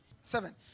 Seven